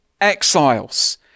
exiles